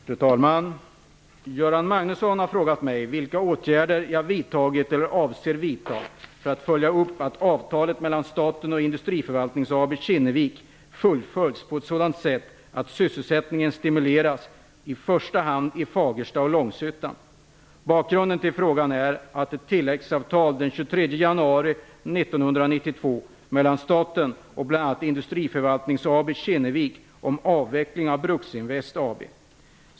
Fru talman! Göran Magnusson har frågat mig vilka åtgärder jag vidtagit eller avser att vidta för att följa upp att avtalet mellan staten och Industriförvaltnings AB Kinnevik fullföljs på sådant sätt att sysselsättningen stimuleras i första hand i Fagersta och Långshyttan. Bakgrunden till frågan är ett tilläggsavtal den 23 Bruksinvest AB.